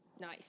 Nice